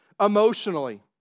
emotionally